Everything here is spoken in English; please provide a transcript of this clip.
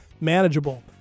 manageable